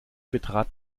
betrat